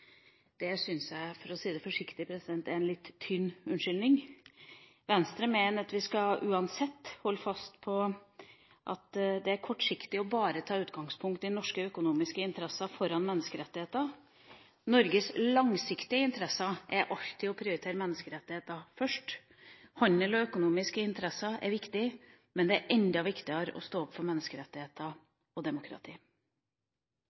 Det syns jeg, for å si det forsiktig, er en litt tynn unnskyldning. Venstre mener at vi uansett skal holde fast på at det er kortsiktig bare å ta utgangspunkt i norske økonomiske interesser foran menneskerettigheter. Norges langsiktige interesser er alltid å prioritere menneskerettigheter først. Handel og økonomisk interesser er viktig, men det er enda viktigere å stå opp for